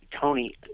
Tony